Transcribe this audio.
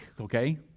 okay